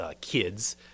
kids